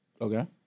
Okay